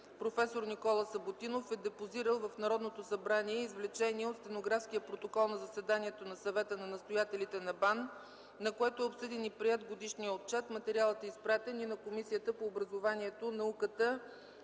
проф. Никола Съботинов е депозирал в Народното събрание извлечение от стенографския протокол на заседанието на Съвета на настоятелите на БАН, на което е обсъден и приет Годишият отчет. Материалът е изпратен и на Комисията по образованието, науката